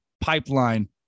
Pipeline